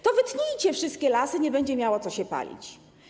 To wytnijcie wszystkie lasy, nie będzie miało się co palić.